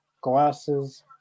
glasses